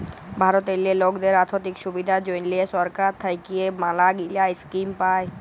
ভারতেল্লে লকদের আথ্থিক সুবিধার জ্যনহে সরকার থ্যাইকে ম্যালাগিলা ইস্কিম পায়